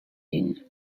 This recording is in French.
une